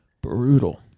Brutal